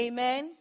Amen